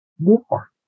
war